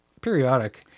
periodic